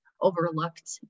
overlooked